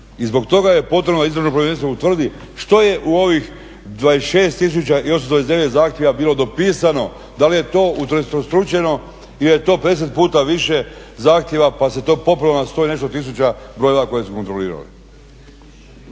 i zbog toga je potrebno da istražno povjerenstvo utvrdi što je u ovih 26 tisuća i 829 zahtjeva bilo dopisano da Lijepi pozdrav e to …/Ne razumije se./… puta više zahtjeva pa se to popelo na 100 i nešto tisuća brojeva koje su kontrolirali.